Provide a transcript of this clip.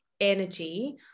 energy